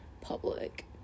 public